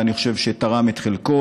ואני חושב שתרם את חלקו,